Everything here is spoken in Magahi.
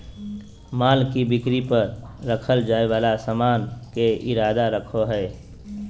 माल में बिक्री पर रखल जाय वाला सामान के इरादा रखो हइ